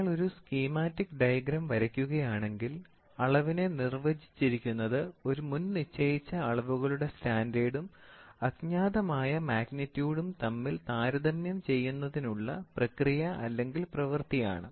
നിങ്ങൾ ഒരു schematic diagram വരയ്ക്കുകയാണെങ്കിൽ അളവിനെ നിർവചിച്ചിരിക്കുന്നത് ഒരു മുൻനിശ്ചയിച്ച അളവുകളുടെ സ്റ്റാൻഡേർഡും അജ്ഞാതമായ മാഗ്നിറ്റ്യൂഡും തമ്മിൽ താരതമ്യം ചെയ്യുന്നതിനുള്ള പ്രക്രിയ അല്ലെങ്കിൽ പ്രവൃത്തിയാണ്